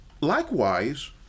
Likewise